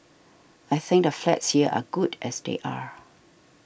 I think the flats here are good as they are